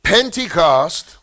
Pentecost